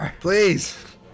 Please